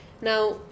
Now